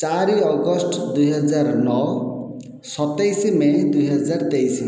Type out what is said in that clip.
ଚାରି ଅଗଷ୍ଟ ଦୁଇହଜାର ନଅ ସତେଇଶ ମେ ଦୁଇହଜାର ତେଇଶ